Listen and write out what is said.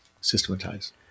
systematize